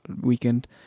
weekend